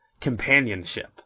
companionship